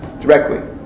directly